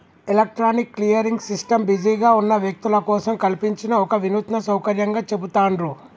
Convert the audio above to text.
electronic clearing system బిజీగా ఉన్న వ్యక్తుల కోసం కల్పించిన ఒక వినూత్న సౌకర్యంగా చెబుతాండ్రు